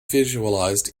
visualized